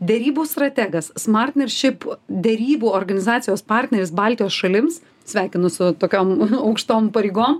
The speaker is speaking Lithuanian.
derybų strategas smartnership derybų organizacijos partneris baltijos šalims sveikinu su tokiom aukštom pareigom